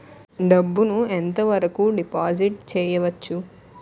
డబ్బు ను ఎంత వరకు డిపాజిట్ చేయవచ్చు?